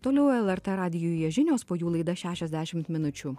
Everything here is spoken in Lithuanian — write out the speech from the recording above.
toliau lrt radijuje žinios po jų laida šešiasdešimt minučių